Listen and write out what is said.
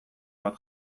bat